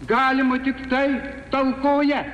galima tiktai talkoje